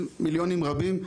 בעלות של מיליונים רבים.